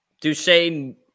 Duchesne